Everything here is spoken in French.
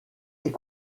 est